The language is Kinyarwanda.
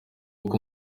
uko